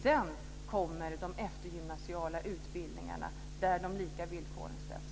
Sedan kommer de eftergymnasiala utbildningarna, där de lika villkoren ställs.